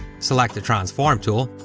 select the transform tool,